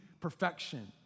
perfection